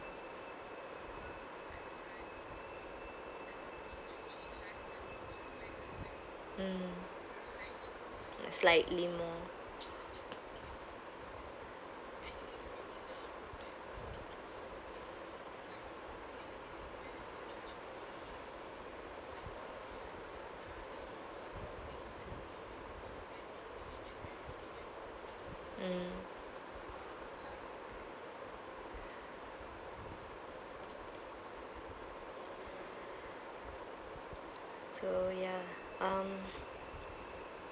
mm slightly more mm so ya um